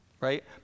right